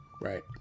Right